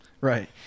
Right